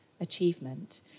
achievement